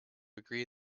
agree